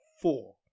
four